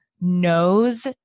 knows